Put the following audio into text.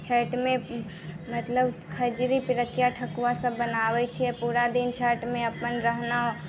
छठिमे मतलब खजुरी पिरुकिया ठकुआ सभ बनाबै छियै पूरा दिन छठिमे अपन रहलहुॅं